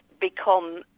become